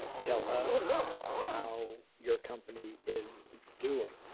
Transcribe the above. tell us how your company is doing.